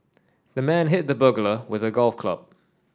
the man hit the burglar with a golf club